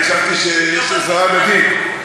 אני חשבתי שיש עזרה הדדית.